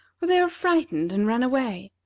or they are frightened, and run away.